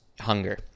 hunger